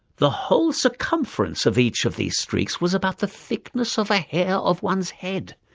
the whole circumference of each of these streaks was about the thickness of a hair of one's head.